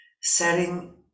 setting